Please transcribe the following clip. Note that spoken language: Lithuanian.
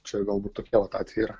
čia galbūt tokie vat atvejai yra